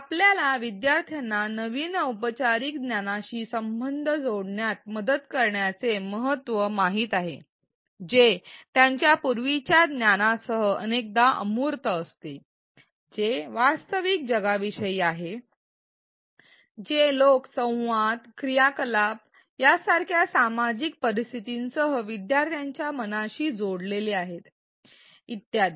आपल्याला विद्यार्थ्यांना नवीन औपचारिक ज्ञानाशी संबंध जोडण्यात मदत करण्याचे महत्त्व माहित आहे जे त्यांच्या पूर्वीच्या ज्ञानासह अनेकदा वैचारिक असते जे वास्तविक जगाविषयी आहे जे लोक संवाद क्रियाकलाप यासारख्या सामाजिक परिस्थितींसह विद्यार्थ्यांच्या मनाशी जोडलेले आहे इत्यादी